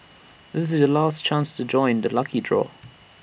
this is your last chance to join the lucky draw